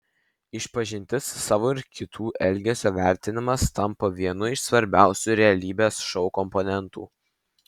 išpažintis savo ir kitų elgesio vertinimas tampa vienu iš svarbiausių realybės šou komponentų